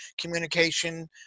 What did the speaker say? communication